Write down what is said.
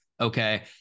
okay